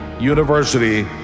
university